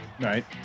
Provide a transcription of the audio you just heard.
Right